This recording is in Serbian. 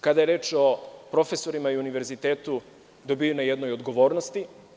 Kada je reč o profesorima i univerzitetu, dobijeno je na jednoj odgovornosti.